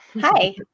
Hi